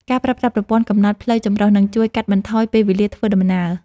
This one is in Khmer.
ការប្រើប្រាស់ប្រព័ន្ធកំណត់ផ្លូវចម្រុះ នឹងជួយកាត់បន្ថយពេលវេលាធ្វើដំណើរ។